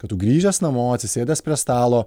kad tu grįžęs namo atsisėdęs prie stalo